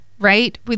right